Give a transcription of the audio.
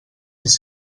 sis